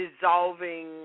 dissolving